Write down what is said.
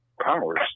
powers